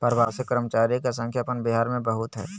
प्रवासी कर्मचारी के संख्या अपन बिहार में बहुत हइ